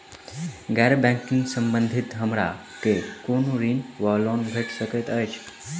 गैर बैंकिंग संबंधित हमरा केँ कुन ऋण वा लोन भेट सकैत अछि?